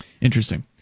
Interesting